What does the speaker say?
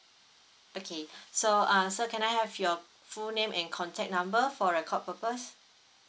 okay so uh sir can I have your full name and contact number for record purpose